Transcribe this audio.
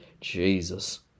Jesus